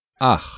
Ach